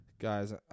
Guys